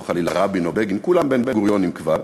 לא חלילה רבין או בגין, כולם בן-גוריונים כבר.